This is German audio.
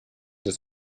des